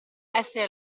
essere